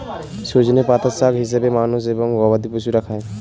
সজনে পাতা শাক হিসেবে মানুষ এবং গবাদি পশুরা খায়